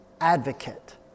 advocate